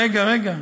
רגע, רגע.